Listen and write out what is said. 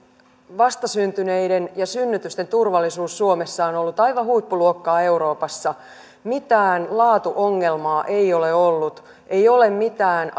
vastasyntyneiden ja synnytysten turvallisuus suomessa on ollut aivan huippuluokkaa euroopassa mitään laatuongelmaa ei ole ollut ei ole mitään